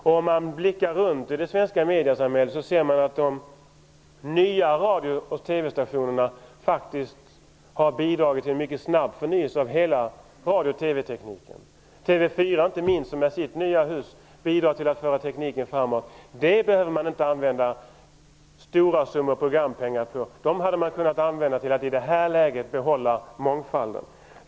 Om man blickar runt i det svenska mediesamhället ser man att de nya radio och TV-stationerna faktiskt har bidragit till en mycket snabb förnyelse av hela radio och TV tekniken. Inte minst TV 4 har med sitt nya hus bidragit till att föra tekniken framåt. Det behöver man inte använda stora summor programpengar för. De hade man kunnat använda till att i detta läge behålla mångfalden.